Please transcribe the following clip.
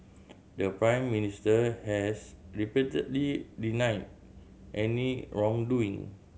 the Prime Minister has repeatedly denied any wrongdoing